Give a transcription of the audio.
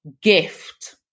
gift